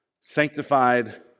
sanctified